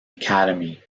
academy